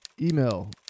Email